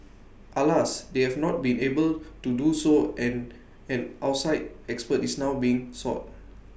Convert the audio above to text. alas they have not been able to do so and an outside expert is now being sought